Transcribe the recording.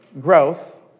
Growth